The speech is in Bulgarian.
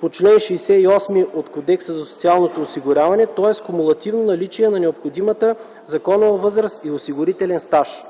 по чл. 68 от Кодекса за социалното осигуряване, тоест кумулативно наличие на необходимата законова възраст и осигурителен стаж.